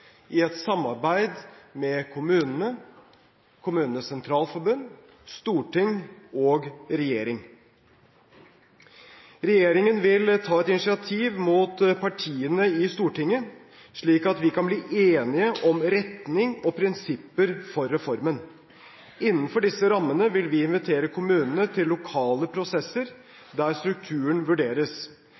i et samarbeid med kommunene/Kommunenes Sentralforbund, Stortinget og regjeringen. Regjeringen vil ta et initiativ mot partiene i Stortinget, slik at vi kan bli enige om retning og prinsipper for reformen. Innenfor disse rammene vil vi invitere kommunene til lokale prosesser der strukturen vurderes.